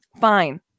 fine